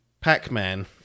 Pac-Man